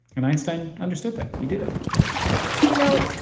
and einstein understood that. he did it you know,